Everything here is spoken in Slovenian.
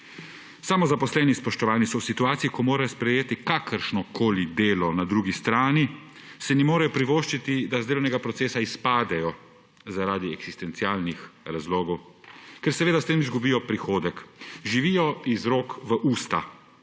Samozaposleni, spoštovani, so v situaciji, ko morajo sprejeti kakršnokoli delo, na drugi strani si ne morejo privoščiti, da iz delovnega procesa izpadajo zaradi eksistencialnih razlogov, ker seveda s tem izgubijo prihodek. Živijo iz rok v usta.